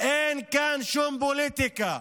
אין כאן שום פוליטיקה.